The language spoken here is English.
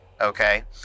Okay